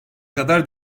kadar